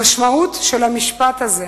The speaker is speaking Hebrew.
המשמעות של המשפט הזה